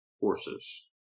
horses